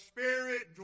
Spirit